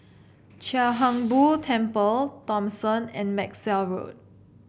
Chia Hung Boo Temple Thomson and Maxwell Road